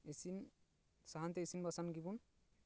ᱤᱥᱤᱱ ᱥᱟᱦᱟᱱ ᱛᱮ ᱤᱥᱤᱱ ᱵᱟᱥᱟᱝ ᱜᱮᱵᱚᱱ